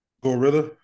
Gorilla